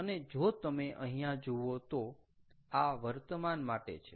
અને જો તમે અહીંયા જુઓ તો આ વર્તમાન માટે છે